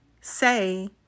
say